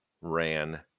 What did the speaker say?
ran